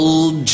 Old